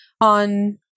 on